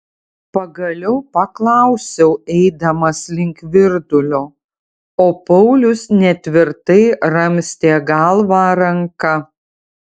pagaliau paklausiau eidamas link virdulio o paulius netvirtai ramstė galvą ranka